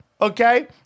okay